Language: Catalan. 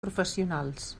professionals